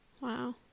Wow